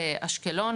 באשקלון,